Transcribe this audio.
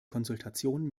konsultation